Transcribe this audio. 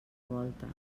voltes